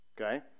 okay